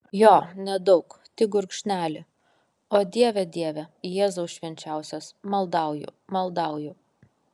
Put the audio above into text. jo nedaug tik gurkšnelį o dieve dieve jėzau švenčiausias maldauju maldauju